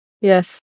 Yes